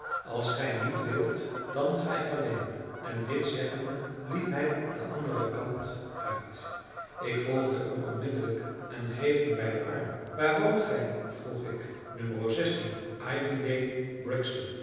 als gij niet wilt dan ga ik alleen en dit zeggende liep hij den anderen kant uit ik volgde hem onmiddellijk en greep hem bij den arm waar woont gij vroeg ik